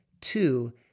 Two